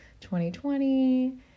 2020